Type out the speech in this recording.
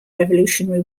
revolutionary